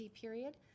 period